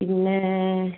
പിന്നെ